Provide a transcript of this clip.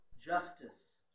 Justice